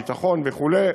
ביטחון וכו',